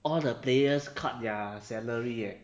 all the players cut their salary eh